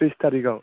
ट्रिस टारिकाव